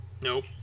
Nope